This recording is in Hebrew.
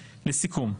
לסיכום.